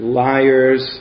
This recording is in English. liars